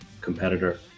competitor